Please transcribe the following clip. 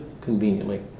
conveniently